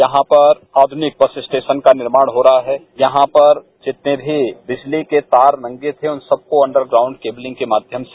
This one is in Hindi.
यहां पर आधुनिक बस स्टेशन का निर्माण हो रहा है यहां पर जितने मी बिजली के तार नंगे थे उन सबको अंडरप्राउंड केविलंग के माध्यम से